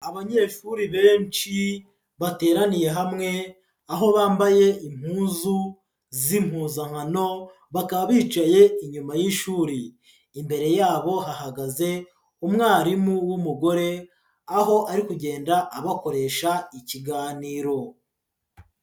abanyeshuri benshi bateraniye hamwe aho bambaye impuzu z'impuzankano, bakaba bicaye inyuma y'ishuri, imbere yabo hagaze umwarimu w'umugore, aho ari kugenda abakoresha ikiganiro.